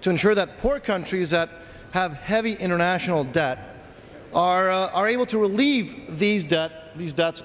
to ensure that poor countries that have heavy international debt are able to relieve these debt these debts